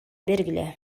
бергиле